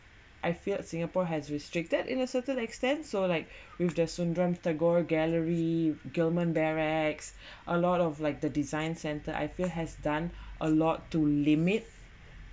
I feared singapore has restricted in a certain extent so like with their sundram tagore gallery gillman barracks a lot of like the design centre I feel has done a lot to limit